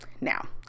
Now